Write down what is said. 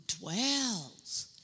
dwells